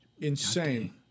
insane